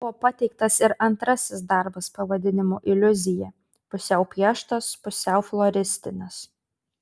buvo pateiktas ir antrasis darbas pavadinimu iliuzija pusiau pieštas pusiau floristinis